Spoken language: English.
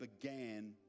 began